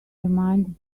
reminded